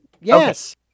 Yes